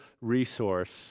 resource